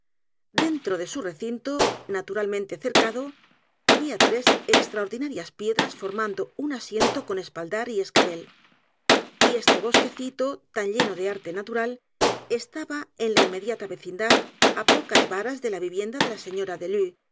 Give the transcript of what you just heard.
dentro de su recinto naturalmente cercado había t r e s extraordinarias piedras formando un asiento con espaldar y escabel y este bosquecito tan lleno de arte natural estaba en la inmediata vecindad apocas varas de la vivienda de la señora delue